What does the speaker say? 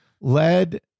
led